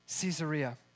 Caesarea